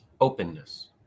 Openness